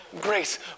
Grace